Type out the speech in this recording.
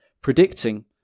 predicting